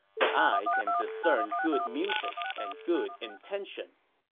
but i can discern good music and good intentions.